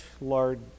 large